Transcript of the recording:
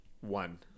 One